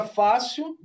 fácil